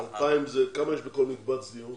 כמה יש בכל מקבץ דיור?